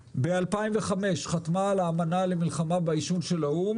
ב-2005 ישראל חתמה על האמנה למלחמה בעישון של האו"ם,